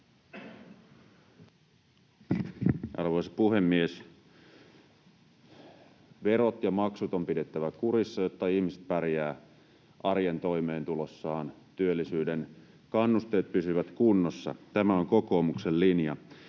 Arvoisa puhemies! Verot ja maksut on pidettävä kurissa, jotta ihmiset pärjäävät arjen toimeentulossaan, työllisyyden kannusteet pysyvät kunnossa. Tämä on kokoomuksen linja.